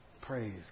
Praise